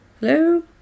Hello